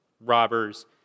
robbers